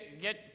get